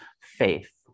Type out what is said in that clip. faith